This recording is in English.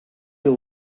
you